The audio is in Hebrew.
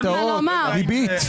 אבל המשכנתאות, גפני.